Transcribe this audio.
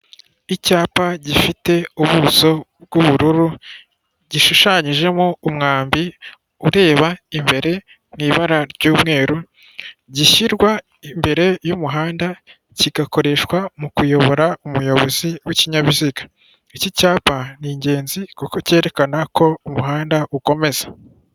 Icyapa gifite ubuso bw'ubururu, gishushanyijemo umwambi ureba imbere mu ibara ry'umweru, gishyirwa imbere y'umuhanda kigakoreshwa mu kuyobora umuyobozi w'ikinyabiziga. Iki cyapa ni ingenzi kuko cyerekana ko umuhanda ukomeza.